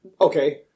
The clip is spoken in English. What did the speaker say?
Okay